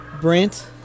Brent